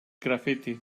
graffiti